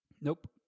Nope